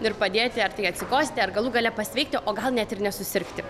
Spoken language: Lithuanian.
ir padėti ar tai atsikosti ar galų gale pasveikti o gal net ir nesusirgti